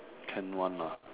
can one lah